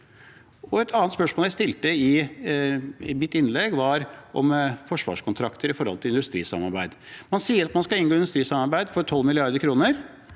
Et annet spørsmål jeg stilte i mitt innlegg, var om forsvarskontrakter og industrisamarbeid. Man sier man skal inngå industrisamarbeid for 12 mrd. kr,